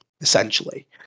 essentially